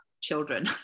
children